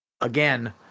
again